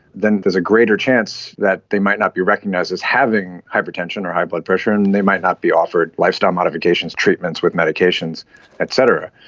then there is a greater chance that they might not be recognised as having hypertension or high blood pressure and and they might not be offered lifestyle modifications, treatments with medications et cetera.